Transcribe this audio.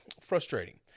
frustrating